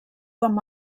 com